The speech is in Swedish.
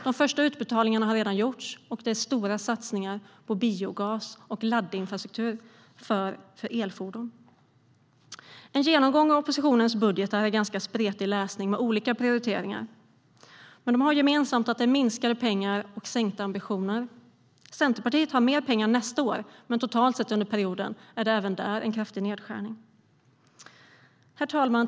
De första utbetalningarna har redan gjorts, och det är stora satsningar på biogas och laddinfrastruktur för elfordon. En genomgång av oppositionens budgetar är en ganska spretig läsning med olika prioriteringar. Men de har gemensamt att det handlar om mindre pengar och sänkta ambitioner. Centerpartiet har mer pengar nästa år, men totalt sett under perioden gör även de en kraftig nedskärning. Herr talman!